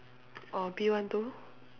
orh P one to